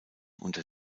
unter